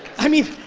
i mean,